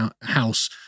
house